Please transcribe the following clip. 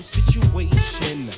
Situation